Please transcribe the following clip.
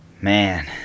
man